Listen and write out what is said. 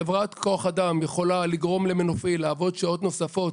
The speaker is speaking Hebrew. חברת כוח אדם יכולה לגרום למנופאי לעבוד שעות נוספות,